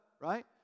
Right